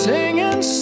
Singing